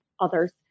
others